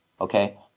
okay